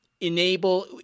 Enable